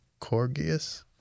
Corgius